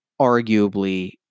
arguably